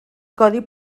codi